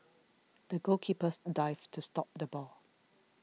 the goalkeeper dived to stop the ball